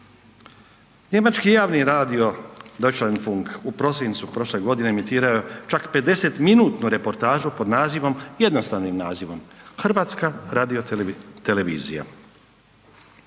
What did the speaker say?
Njemački javni radio, Deutsche funk u prosincu prošle godine je emitirao čak 50-minutnu reportažu pod nazivom, jednostavnom nazivom, „Hrvatska radio televizija“